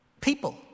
People